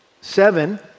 seven